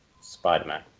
spider-man